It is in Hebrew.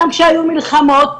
גם כשהיו מלחמות,